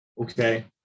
Okay